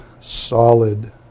solid